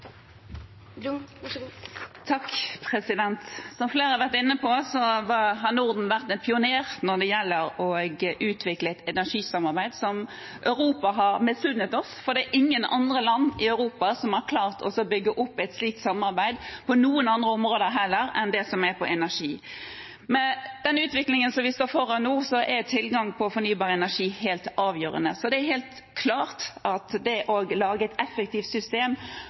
Som flere har vært inne på, har Norden vært en pioner når det gjelder å utvikle et energisamarbeid, noe Europa har misunt oss, for det er ingen andre land i Europa som har klart å bygge opp et slikt samarbeid på noen andre områder heller enn det vi har på energi. Med den utviklingen vi står foran nå, er tilgang på fornybar energi helt avgjørende. Så det er helt klart at det å lage et effektivt system